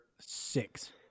Six